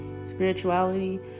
Spirituality